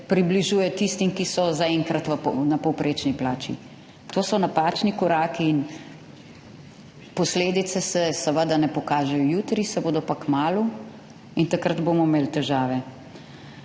približuje tistim, ki so zaenkrat na povprečni plači. To so napačni koraki in posledice se seveda ne pokažejo jutri, se bodo pa kmalu in takrat bomo imeli težave.